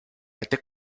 été